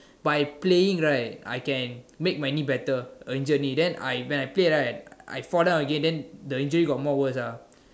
by playing right I can make my knee better my injured knee and then when I play right I fall down again then the injury got more worse ah